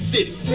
City